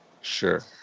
Sure